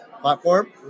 platform